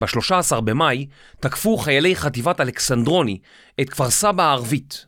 ב-13 במאי תקפו חיילי חטיבת אלכסנדרוני את כפר סבא הערבית.